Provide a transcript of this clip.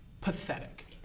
pathetic